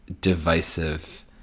divisive